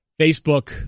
Facebook